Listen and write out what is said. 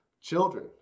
children